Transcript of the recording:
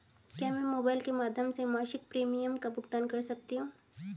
क्या मैं मोबाइल के माध्यम से मासिक प्रिमियम का भुगतान कर सकती हूँ?